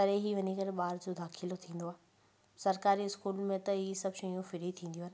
तॾहिं हीअ वञी करे ॿार जो दाखिलो थींदो आहे सरकारी स्कूल में त हीअ सभु शयूं फ़्री थींदियूं आहिनि